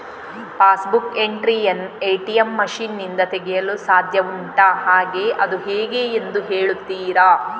Pass book entry ಯನ್ನು ATM machine ನಿಂದ ತೆಗೆಯಲು ಸಾಧ್ಯ ಉಂಟಾ ಹಾಗೆ ಅದು ಹೇಗೆ ಎಂದು ಹೇಳುತ್ತೀರಾ?